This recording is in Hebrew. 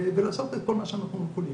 ולעשות את כל מה שאנחנו יכולים.